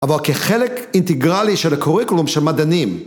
אבל כחלק אינטגרלי של הקוריקלום של מדענים.